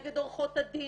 נגד עורכות הדין,